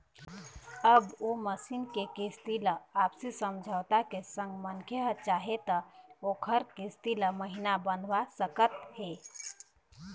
अब ओ मसीन के किस्ती ल आपसी समझौता के संग मनखे ह चाहे त ओखर किस्ती ल महिना बंधवा सकत हे